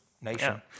nation